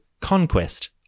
Conquest